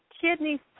kidney